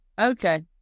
Okay